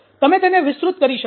તમે તેને વિસ્તૃત કરી શકો